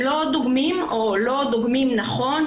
הם לא דוגמים או לא דוגמים נכון.